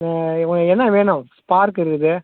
உங்களுக்கு என்ன வேணும் ஸ்பார்க் இருக்குது